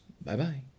Bye-bye